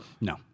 No